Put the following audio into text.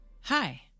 Hi